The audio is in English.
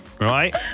right